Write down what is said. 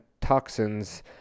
toxins